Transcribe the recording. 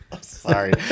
Sorry